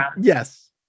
Yes